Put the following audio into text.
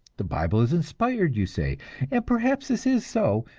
the bible is inspired, you say and perhaps this is so.